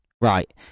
right